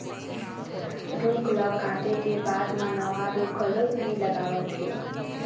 रूख ल काटे के बाद म नवा रूख घलोक नइ लगावत हे